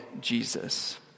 Jesus